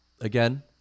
Again